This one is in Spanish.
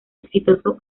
exitoso